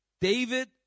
David